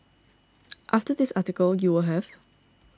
after this article you will have